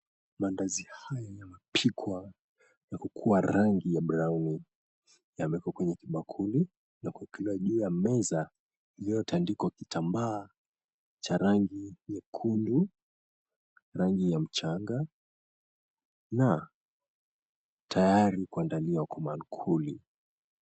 Mandazi haya yamepikwa na kukuwa rangi ya brauni. Yamewekwa kwenye kibakuli na kuwekelewa juu ya meza iliotandikwa kitambaa cha rangi nyekundu, rangi ya mchanga na tayari kuandaliwa kwa maankuli.